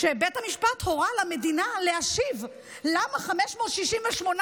ובית המשפט הורה למדינה להשיב למה 568